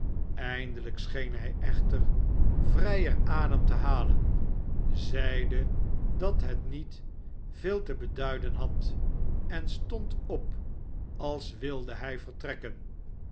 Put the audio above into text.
eindelijk scheen hij echter vrijer adem te halen zeide dat het niet veel te beduiden had en stond op als wilde hij vertrekken